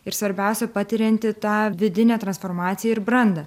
ir svarbiausia patiriantį tą vidinę transformaciją ir brandą